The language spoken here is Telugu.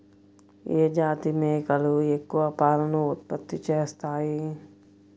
ఏ జాతి మేకలు ఎక్కువ పాలను ఉత్పత్తి చేస్తాయి?